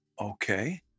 Okay